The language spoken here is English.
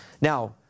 Now